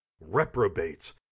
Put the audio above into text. reprobates